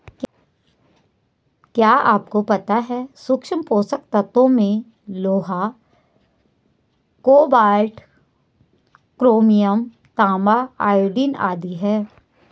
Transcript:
क्या आपको पता है सूक्ष्म पोषक तत्वों में लोहा, कोबाल्ट, क्रोमियम, तांबा, आयोडीन आदि है?